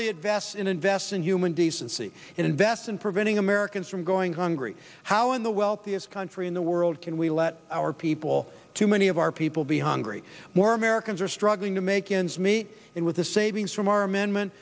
it vests in invest in human decency invest in preventing americans from going hungry how in the wealthiest country in the world can we let our people too many of our people be hungry more americans are struggling to make ends meet and with the savings from our amendment